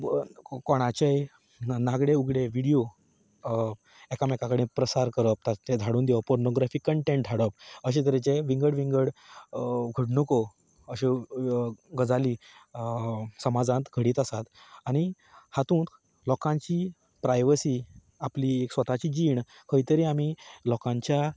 कोणाचेय नागडे उगडे व्हिडियो एकामेकां कडेन प्रसार करप ते धाडून दिवप पोर्नोग्राफीक कंटेंट धाडप अशे तरेचे विंगड विंगड घडणुको अशो गजाली समाजांत घडीत आसात आनी हातूंत लोकांची प्रायवसी आपली स्वताची जीण खंय तरी आमीं लोकांच्या